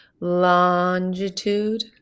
longitude